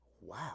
wow